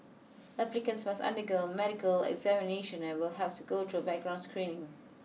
applicants must undergo a medical examination and will have to go through background screening